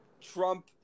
trump